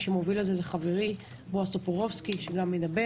את היום הזה מוביל חברי חבר הכנסת בועז טופורובסקי והוא גם יציג.